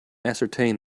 ascertain